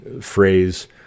phrase